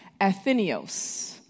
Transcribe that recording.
Athenios